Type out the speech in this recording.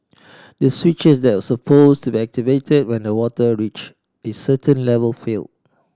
the switches that supposed activated when the water reached a certain level failed